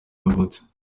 yavutse